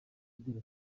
igira